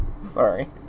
sorry